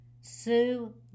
Sue